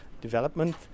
development